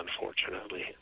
unfortunately